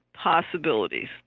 possibilities